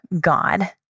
God